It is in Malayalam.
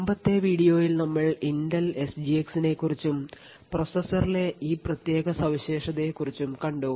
മുമ്പത്തെ വീഡിയോയിൽ നമ്മൾ ഇന്റൽ എസ് ജി എക്സ് നെക്കുറിച്ചും പ്രോസസറിലെ ഈ പ്രത്യേക സവിശേഷതയെക്കുറിച്ചും കണ്ടു